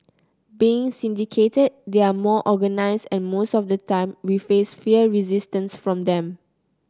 being syndicated they are more organised and most of the time we face fierce resistance from them